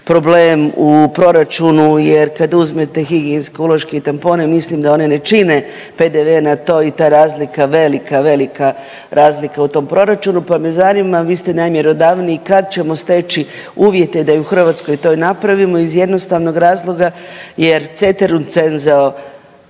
problem u proračunu jer kad uzmete higijenske uloške i tampone mislim da one ne čine PDV na to i ta razlika velika, velika razlika u tom proračunu, pa me zanima vi ste najmjerodavniji kad ćemo steći uvjete da i u Hrvatskoj to napravimo iz jednostavnog razloga jer ceterum censeo